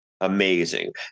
amazing